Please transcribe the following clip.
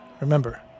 Remember